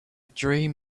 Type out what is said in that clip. dream